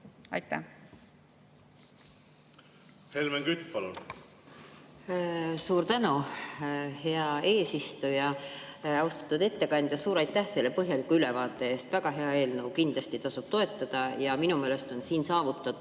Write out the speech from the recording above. palun! Helmen Kütt, palun! Suur tänu, hea eesistuja! Austatud ettekandja, suur aitäh selle põhjaliku ülevaate eest! Väga hea eelnõu, kindlasti tasub toetada. Ja minu meelest on siin saavutatud,